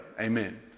amen